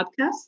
podcast